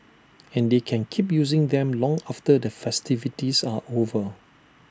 and they can keep using them long after the festivities are over